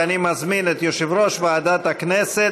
אני מזמין את יושב-ראש ועדת הכנסת,